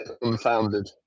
unfounded